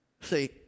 See